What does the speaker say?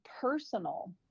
personal